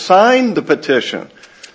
signed the petition